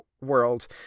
world